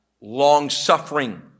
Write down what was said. Long-suffering